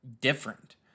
different